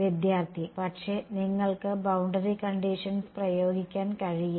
വിദ്യാർത്ഥി പക്ഷേ നിങ്ങൾക്ക് ബൌണ്ടറി കണ്ടീഷൻസ് പ്രയോഗിക്കാൻ കഴിയില്ല